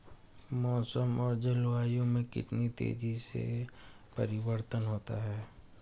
मौसम और जलवायु में कितनी तेजी से परिवर्तन होता है?